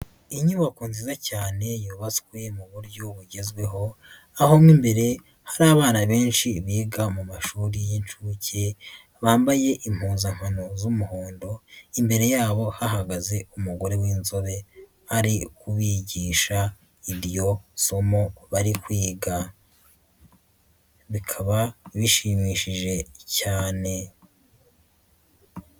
Inyubako nziza cyane yubatswe mu buryo bugezweho, aho mo imbere hari abana benshi biga mu mashuri y'inshuke, bambaye impuzankano z'umuhondo, imbere yabo hahagaze umugore w'inzobe, ari ukubigisha iryo somo bari kwiga. Bikaba bishimishije cyane.